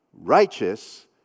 righteous